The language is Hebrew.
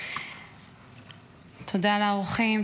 תודה לאורחים,